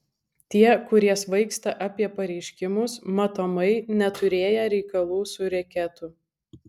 tie kurie svaigsta apie pareiškimus matomai neturėję reikalų su reketu